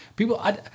People